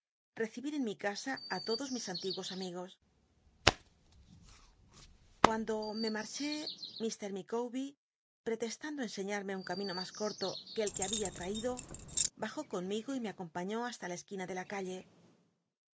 en mi casa i todos mis antiguos amigos cuando me mardt rt micawbcr prelc lamlo cnscñannc un camino lllas t jrlo qu e el qu e había traído bajó conmigo y me aco mpaiiú hasta la esquina de la calle